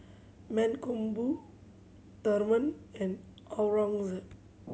Mankombu Tharman and Aurangzeb